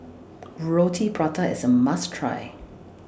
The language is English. Roti Prata IS A must Try